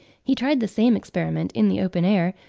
he tried the same experiment, in the open air,